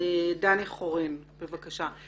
דני חורין, בבקשה.